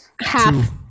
half